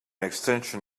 extension